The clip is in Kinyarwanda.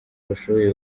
bashoboye